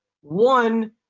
one